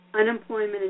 unemployment